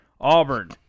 Auburn